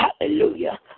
Hallelujah